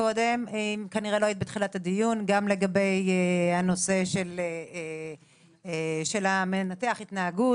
-- גם לגבי הנושא של מנתח ההתנהגות,